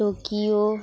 Tokyo